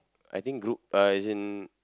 I think group uh as in